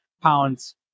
pounds